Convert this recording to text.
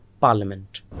parliament